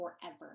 forever